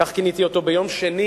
כך כיניתי אותו ביום שני